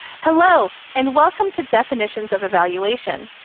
hello and welcome to definitions of evaluation.